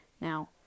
Now